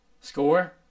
score